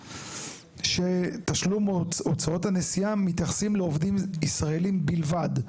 שתשלום הוצאות הנסיעה מתייחסים לעובדים ישראלים בלבד.